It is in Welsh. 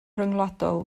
rhyngwladol